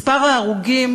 מספר ההרוגים